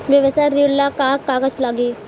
व्यवसाय ऋण ला का का कागज लागी?